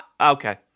Okay